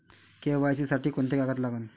KYC साठी कोंते कागद लागन?